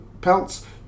pelts